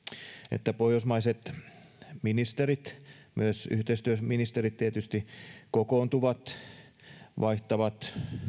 että pohjoismaiset ministerit myös yhteistyöministerit tietysti kokoontuvat vaihtavat